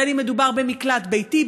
בין אם מדובר במקלט ביתי,